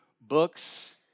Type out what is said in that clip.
books